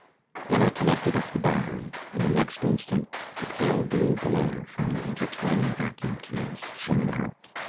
then i connected up the battery, and the next instant the pale blue glare from the intertwining vacuum tubes shone out.